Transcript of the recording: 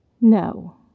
No